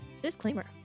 Disclaimer